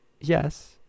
Yes